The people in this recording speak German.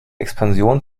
expansion